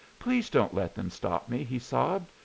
please don't let them stop me, he sobbed,